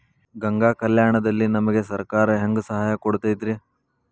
ಗಂಗಾ ಕಲ್ಯಾಣ ದಲ್ಲಿ ನಮಗೆ ಸರಕಾರ ಹೆಂಗ್ ಸಹಾಯ ಕೊಡುತೈತ್ರಿ?